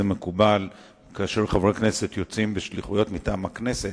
מקובל שכאשר חברי הכנסת יוצאים בשליחויות מטעם הכנסת,